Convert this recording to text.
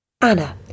Anna